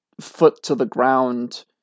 foot-to-the-ground